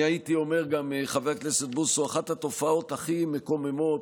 הייתי אומר גם שאחת התופעות הכי מקוממות,